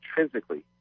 intrinsically